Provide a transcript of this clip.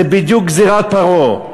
זו בדיוק גזירת פרעה.